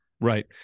right